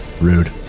Rude